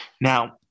Now